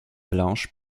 blanches